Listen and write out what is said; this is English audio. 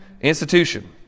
institution